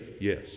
Yes